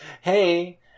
hey